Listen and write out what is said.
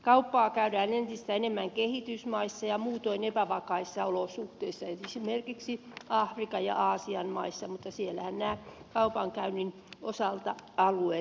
kauppaa käydään entistä enemmän kehitysmaissa ja muutoin epävakaissa olosuhteissa esimerkiksi afrikan ja aasian maissa mutta siellähän kaupankäynnin osalta alueet kasvavat